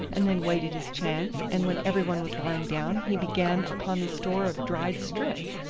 and then waited his chance, and when every one was lying down he began upon the store of dried strips.